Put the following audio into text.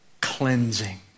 cleansing